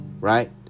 right